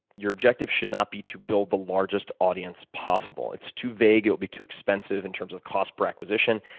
your objective should not be to build the largest audience possible. it's too vague. it will be too expensive in terms of cost per acquisition.